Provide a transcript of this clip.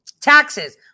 taxes